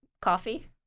coffee